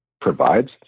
provides